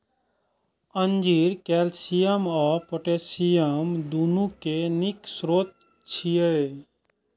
अंजीर कैल्शियम आ पोटेशियम, दुनू के नीक स्रोत छियै